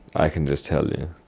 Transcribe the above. i can just tell you,